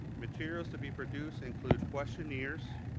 materials to be produced include questionnaires,